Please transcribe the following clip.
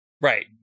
Right